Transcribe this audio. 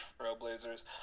Trailblazers